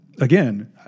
Again